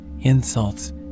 insults